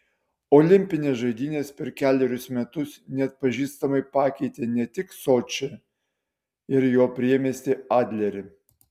olimpinės žaidynės per kelerius metus neatpažįstamai pakeitė ne tik sočį ir jo priemiestį adlerį